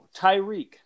tyreek